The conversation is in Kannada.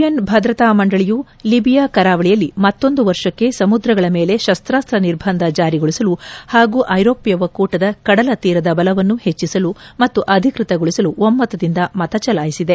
ಎನ್ ಭದ್ರತಾ ಮಂಡಳಿಯು ಲಿಬಿಯಾ ಕರಾವಳಿಯಲ್ಲಿ ಮತ್ತೊಂದು ವರ್ಷಕ್ಕೆ ಸಮುದ್ರಗಳ ಮೇಲೆ ಶಸ್ತಾಸ್ತ ನಿರ್ಬಂಧ ಜಾರಿಗೊಳಿಸಲು ಹಾಗೂ ಐರೋಷ್ನ ಒಕ್ಕೂಟದ ಕಡಲ ತೀರದ ಬಲವನ್ನು ಹೆಚ್ಚಸಲು ಮತ್ತು ಅಧಿಕೃತಗೊಳಿಸಲು ಒಮ್ನದಿಂದ ಮತ ಚಲಾಯಿಸಿದೆ